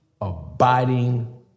abiding